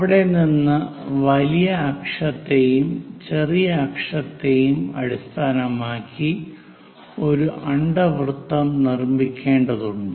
അവിടെ നിന്ന് വലിയ അക്ഷത്തെയും ചെറിയ അക്ഷത്തെയും അടിസ്ഥാനമാക്കി ഒരു അണ്ഡവൃത്തം നിർമ്മിക്കേണ്ടതുണ്ട്